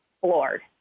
floored